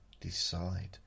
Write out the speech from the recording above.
decide